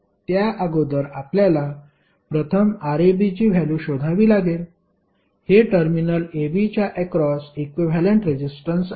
त्या अगोदर आपल्याला प्रथम Rab ची व्हॅल्यु शोधावी लागेल हे टर्मिनल AB च्या अक्रॉस इक्विव्हॅलेंट रेजिस्टन्स आहे